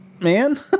man